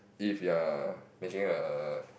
if you are making a